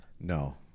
no